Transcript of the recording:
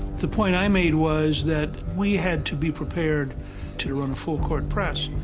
the point i made was that we had to be prepared to run a full-court press.